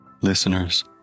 Listeners